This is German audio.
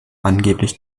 angeblich